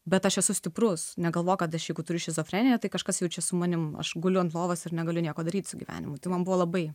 bet aš esu stiprus negalvok kad aš juk turiu šizofreniją tai kažkas jau čia su manim aš guliu ant lovos ir negaliu nieko daryti su gyvenimu tai man buvo labai